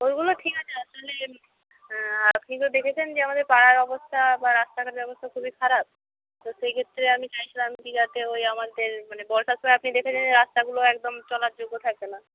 ওইগুলো ঠিক আছে আসলে আপনি তো দেখেছেন যে আমাদের পাড়ার অবস্থা বা রাস্তাঘাটের অবস্থা খুবই খারাপ তো সেইক্ষেত্রে আমি চাইছিলাম কী যাতে ওই আমাদের মানে বর্ষার সময় আপনি দেখেছেন যে রাস্তাগুলো একদম চলার যোগ্য থাকে না